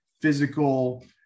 physical